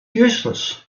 useless